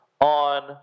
on